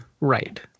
right